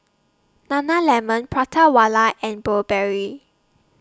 Nana Lemon Prata Wala and Burberry